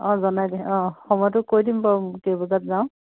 অঁ জনাই দে অঁ সময়টো কৈ দিম বাৰু কেইবজাত যাওঁ